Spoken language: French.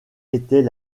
était